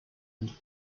and